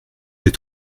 l’ai